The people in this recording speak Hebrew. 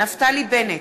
נפתלי בנט,